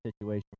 situation